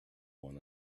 one